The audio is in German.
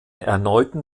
erneuten